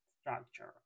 structure